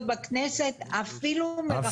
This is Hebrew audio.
בכנסת, אפילו מרחוק.